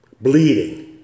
bleeding